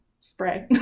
spray